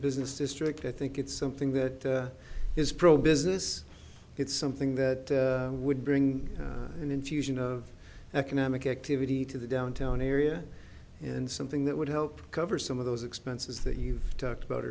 business district i think it's something that is pro business it's something that would bring an infusion of economic activity to the downtown area and something that would help cover some of those expenses that you've talked about